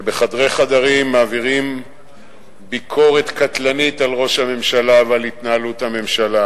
שבחדרי חדרים מעבירים ביקורת קטלנית על ראש הממשלה ועל התנהלות הממשלה,